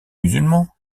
musulman